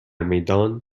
میدان